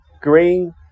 Green